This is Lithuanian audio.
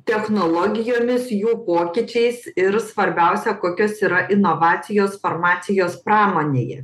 technologijomis jų pokyčiais ir svarbiausia kokios yra inovacijos farmacijos pramonėje